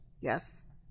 Yes